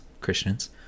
Christians